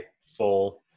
full